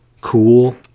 cool